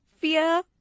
fear